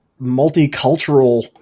multicultural